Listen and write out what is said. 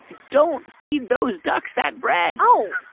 don't feed those ducks that bread oh,